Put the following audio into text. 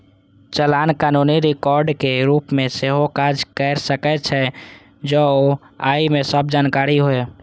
चालान कानूनी रिकॉर्डक रूप मे सेहो काज कैर सकै छै, जौं ओइ मे सब जानकारी होय